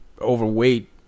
overweight